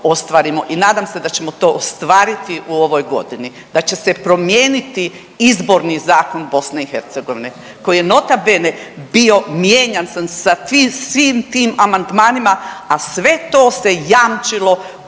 I nadam se da ćemo to ostvariti u ovoj godini, da će se promijeniti izborni zakon BiH koji je nota bene bio mijenjan sa tim svim tim amandmanima a sve to se jamčilo